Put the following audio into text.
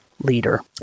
leader